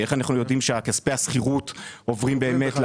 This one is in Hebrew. איך אנחנו יודעים שכספי השכירות עוברים באמת?